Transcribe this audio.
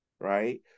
right